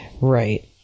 Right